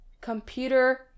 computer